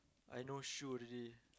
I not sure ready